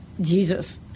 Jesus